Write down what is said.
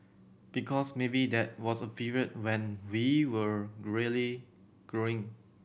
because maybe that was a period when we were really growing